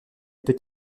peut